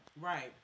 Right